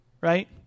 Right